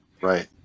Right